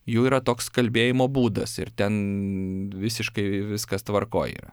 jų yra toks kalbėjimo būdas ir ten visiškai viskas tvarkoj yra